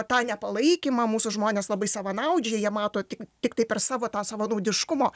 tą nepalaikymą mūsų žmonės labai savanaudžiai jie mato tik tiktai per savo tą savanaudiškumo